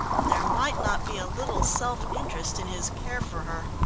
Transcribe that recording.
and there might not be a little self-interest in his care for her.